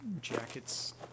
jackets